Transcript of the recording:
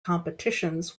competitions